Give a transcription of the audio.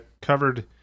covered